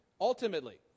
ultimately